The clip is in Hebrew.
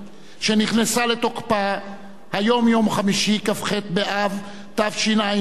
שנכנסה לתוקפה היום, יום חמישי, כ"ח באב תשע"ב,